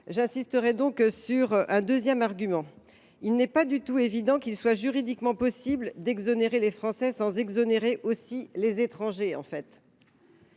J’insiste donc sur un deuxième argument : il n’est pas du tout évident qu’il soit juridiquement possible d’exonérer les Français sans exonérer également les étrangers. Par